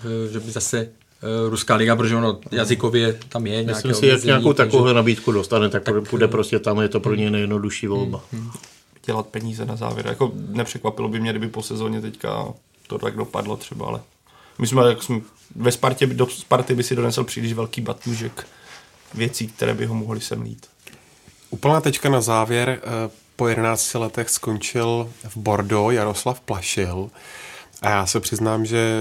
Eh, že by zase, eh, Ruská liga, protože ono jazykově tam je Myslím nějaký si, že jak omezení, nějakou takovou takže- nabídku dostane, tak Tak, půjde eh, prostě tam, je to pro hm. něj nejjednodušší Hm, volba. hm. Dělat peníze na závěr. Jako nepřekvapilo by mě, kdyby po sezóně teďka to tak dopadlo třeba, ale my jsme- jak jsme- ve Spartě by- do Sparty by si donesel příliš velký batůžek věcí, které by ho mohly semlít. Úplná tečka na závěr. Eh, po 11 letech skončil v Bordeaux Jaroslav Plašil. A já se přiznám, že